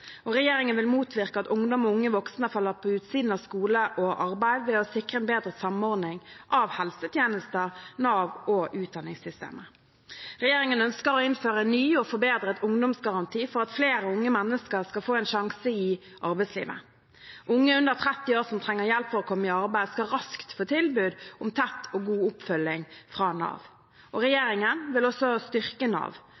Regjeringen vil motvirke at ungdom og unge voksne faller på utsiden av skole og arbeid ved å sikre en bedre samordning av helsetjenester, Nav og utdanningssystemet. Regjeringen ønsker å innføre en ny og forbedret ungdomsgaranti for at flere unge mennesker skal få en sjanse i arbeidslivet. Unge under 30 år som trenger hjelp for å komme i arbeid, skal raskt få tilbud om tett og god oppfølging fra Nav.